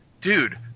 dude